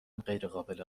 غیرقابل